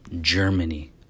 Germany